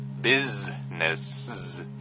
business